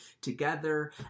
together